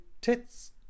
tits